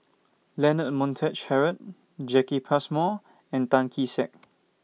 Leonard Montague Harrod Jacki Passmore and Tan Kee Sek